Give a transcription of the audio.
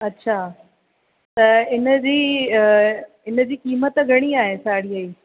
अच्छा त इनजी इनजी क़ीमत घणी आहे साड़ीअ जी